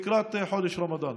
לקראת חודש הרמדאן.